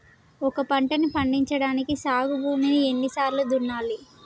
ఒక పంటని పండించడానికి సాగు భూమిని ఎన్ని సార్లు దున్నాలి?